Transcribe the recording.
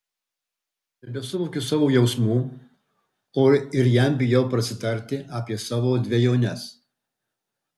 nebesuvokiu savo jausmų o ir jam bijau prasitarti apie savo dvejones